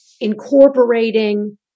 incorporating